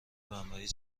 بمبئی